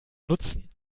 nutzen